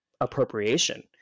appropriation